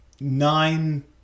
nine